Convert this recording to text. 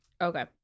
Okay